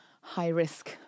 high-risk